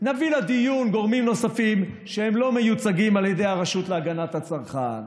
נביא לדיון גורמים נוספים שלא מיוצגים על ידי הרשות להגנת הצרכן,